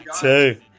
two